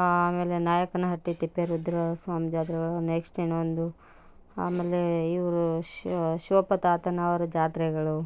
ಆಮೇಲೆ ನಾಯಕನಹಟ್ಟಿ ತಿಪ್ಪೇರುದ್ರಸ್ವಾಮಿ ಜಾತ್ರೆಗಳು ನೆಕ್ಸ್ಟ್ ಇನ್ನೊಂದು ಆಮೇಲೆ ಇವರು ಶಿವಪ್ಪ ತಾತನವರ ಜಾತ್ರೆಗಳು